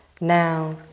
now